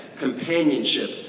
companionship